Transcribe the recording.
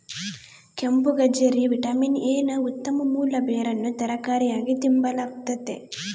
ಕೆಂಪುಗಜ್ಜರಿ vitamin A ನ ಉತ್ತಮ ಮೂಲ ಬೇರನ್ನು ತರಕಾರಿಯಾಗಿ ತಿಂಬಲಾಗ್ತತೆ